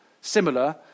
similar